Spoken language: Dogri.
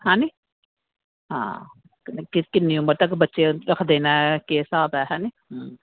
ऐनी आं कन्नै किन्ने देर तगर बच्चे रक्खदे न केह् स्हाब कताब ऐ ना